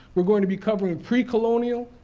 we're going to be covering pre-colonial,